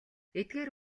эдгээр